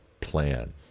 Plan